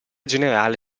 generale